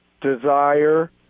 desire